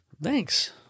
Thanks